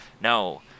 no